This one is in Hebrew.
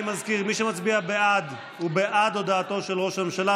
אני מזכיר: מי שמצביע בעד הוא בעד הודעתו של ראש הממשלה,